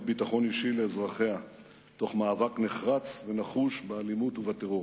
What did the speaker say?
ביטחון אישי לאזרחיה תוך מאבק נחרץ ונחוש באלימות ובטרור,